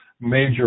major